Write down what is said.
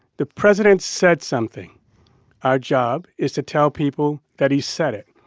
the president said something our job is to tell people that he said it.